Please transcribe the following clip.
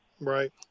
Right